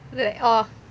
oh